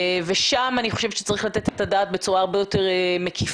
שם אני חושבת שצריך לתת את הדעת בצורה הרבה יותר מקיפה,